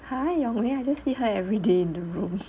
!huh! yong wei I just see her every day in the room